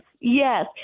Yes